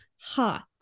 hot